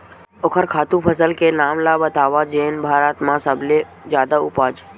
ओखर खातु फसल के नाम ला बतावव जेन भारत मा सबले जादा उपज?